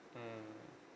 mmhmm